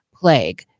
plague